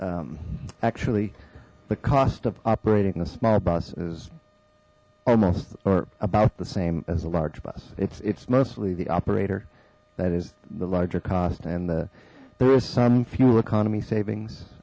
actually the cost of operating the small bus is almost or about the same as a large bus it's it's mostly the operator that is the larger cost and there is some fuel economy savings